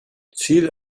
ziel